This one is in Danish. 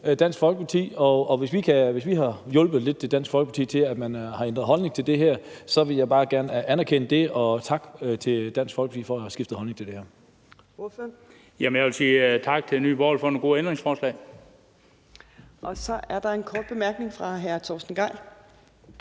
Dansk Folkeparti, og hvis vi har hjulpet Dansk Folkeparti lidt til at ændre holdning til det her, vil jeg bare gerne anerkende det og sige tak til Dansk Folkeparti for at have skiftet holdning til det her.